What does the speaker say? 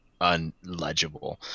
unlegible